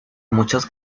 muchos